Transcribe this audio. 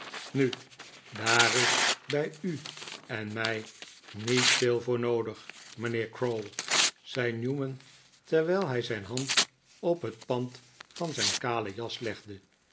nu daar is bij u en mij niet veel voor noodig mijnheer crowl zei newman terwijl hij zijn hand op het pand van zijn kale jas